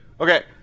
Okay